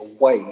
away